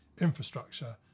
infrastructure